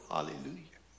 Hallelujah